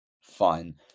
Fine